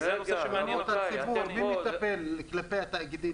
כי זה נושא שמעניין --- מי מטפל בתלונות של הציבור כלפי התאגידים,